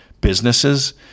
businesses